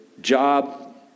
job